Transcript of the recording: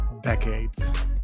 decades